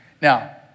Now